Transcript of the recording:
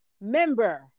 member